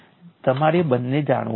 તમારે બંનેને જાણવું પડશે